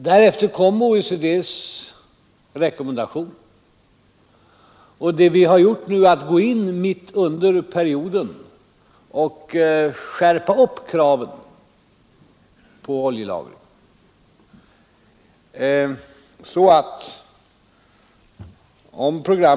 Därefter kom OECD:s rekommendation, som anger 111 dagar för bensin, 148 dagar för tunn eldningsolja och 107 dagar för tjockolja.